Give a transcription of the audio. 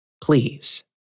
Please